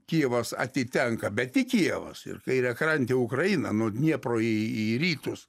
kijevas atitenka bet tik kijevas ir kairiakrantė ukraina nuo dniepro į į rytus